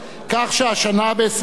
ב-29 ביולי,